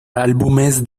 álbumes